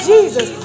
Jesus